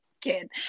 kid